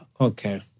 Okay